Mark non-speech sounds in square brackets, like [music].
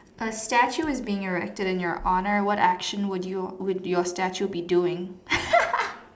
a statue is being erected in your honour what action would your would your statue be doing [laughs]